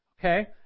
Okay